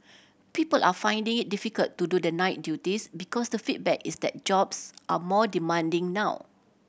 people are finding it difficult to do the night duties because the feedback is that jobs are more demanding now